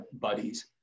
buddies